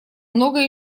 многое